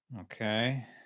Okay